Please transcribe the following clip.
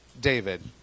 David